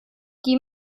die